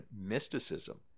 mysticism